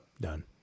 Done